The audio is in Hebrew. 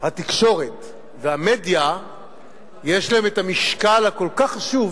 התקשורת והמדיה יש להן המשקל הכל-כך חשוב,